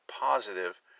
positive